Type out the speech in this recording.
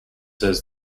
says